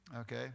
okay